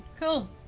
Cool